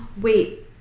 Wait